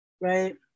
right